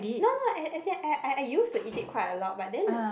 no no as in I I used to eat it quite a lot but